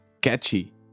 catchy